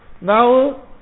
Now